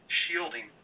shielding